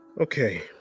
Okay